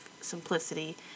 simplicity